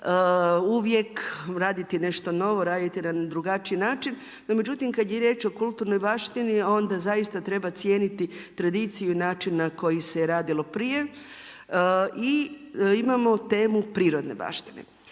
uvijek raditi nešto novo, raditi na drugačiji način. No međutim, kada je riječ o kulturnoj baštini onda zaista treba cijeniti tradiciju i način na koji se radilo prije. I imamo temu prirodne baštine.